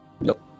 Nope